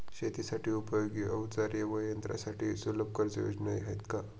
शेतीसाठी उपयोगी औजारे व यंत्रासाठी सुलभ कर्जयोजना आहेत का?